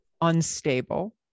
unstable